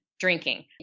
drinking